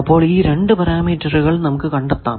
അപ്പോൾ ഈ രണ്ടു പരാമീറ്ററുകൾ നമുക്ക് കണ്ടെത്താം